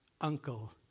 uncle